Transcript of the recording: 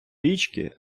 річки